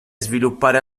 sviluppare